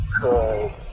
good